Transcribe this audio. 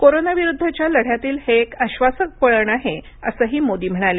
corona विरुद्धच्या लढ्यातील हे एक आश्वासक वळण आहे असंही मोदी म्हणाले